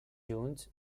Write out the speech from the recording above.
junts